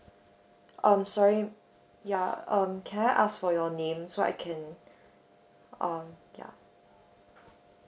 um sorry ya um can I ask for your name so I can um ya